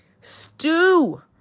stew